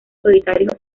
solitarios